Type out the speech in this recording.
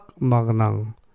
magnang